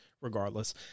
regardless